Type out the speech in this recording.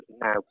now